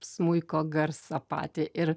smuiko garsą patį ir